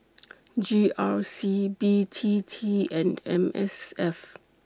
G R C B T T and M S F